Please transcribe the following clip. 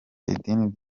idini